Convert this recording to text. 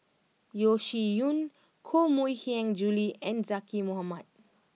Yeo Shih Yun Koh Mui Hiang Julie and Zaqy Mohamad